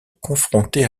confronter